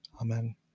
Amen